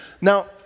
Now